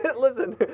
Listen